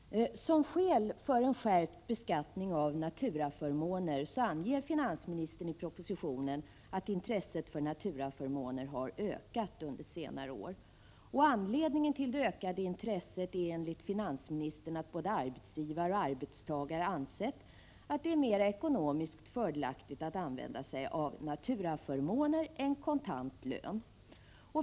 Herr talman! Som skäl för en skärpt beskattning av naturaförmåner anger finansministern i propositionen att intresset för naturaförmåner har ökat under senare år. Anledningen till det ökade intresset är enligt finansministern att både arbetsgivare och arbetstagare ansett det mer ekonomiskt fördelaktigt att använda sig av naturaförmåner än av kontant lön.